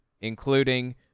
including